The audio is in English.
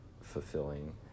fulfilling